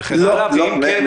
וכן הלאה?